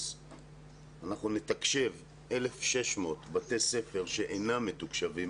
אנחנו נתקשב 1,600 בתי ספר שהיום אינם מתוקשבים.